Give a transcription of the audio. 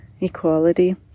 equality